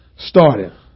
Started